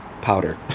powder